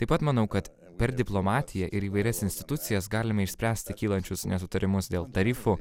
taip pat manau kad per diplomatiją ir įvairias institucijas galime išspręsti kylančius nesutarimus dėl tarifų